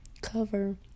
Cover